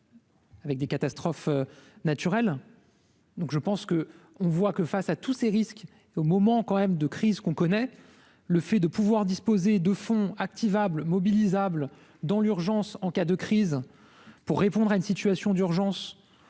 Avec des catastrophes naturelles. Donc je pense que on voit que face à tous ces risques au moment quand même de crises qu'on connaît, le fait de pouvoir disposer de fonds activable mobilisables dans l'urgence en cas de crise pour répondre à une situation d'urgence,